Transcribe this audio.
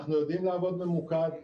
אנחנו יודעים לעבוד ממוקד,